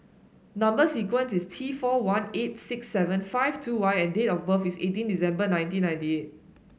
number sequence is T four one eight six seven five two Y and date of birth is eighteen December nineteen ninety eight